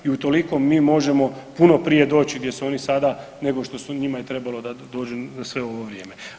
I utoliko mi možemo puno prije doći gdje su oni sada nego što je njima trebalo da dođu za sve ovo vrijeme.